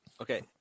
okay